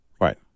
Right